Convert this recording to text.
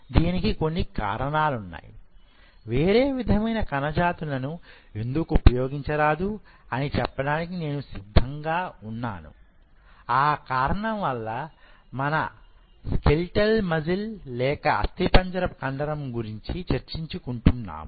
దీనికి కొన్ని కారణాలు ఉన్నాయి వేరే విధమైన కణ జాతులను ఎందుకు ఉపయోగించరాదుఅనిచెప్పడానికి నేను సిద్ధంగా ఉన్నాను ఆ కారణం వల్ల మనం అస్థిపంజర కండరం లేక స్కెలిటల్ మజిల్ గురించి చర్చించుకుంటున్నాము